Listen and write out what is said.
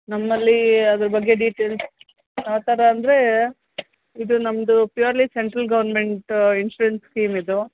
ನಮ್ಮಲ್ಲಿ ಅದರ ಬಗ್ಗೆ ಡಿಟೇಲ್ಸ್ ಯಾವ ಥರ ಅಂದರೆ ಇದು ನಮ್ಮದು purely central government insurance scheme ಇದು